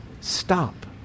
stop